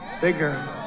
Bigger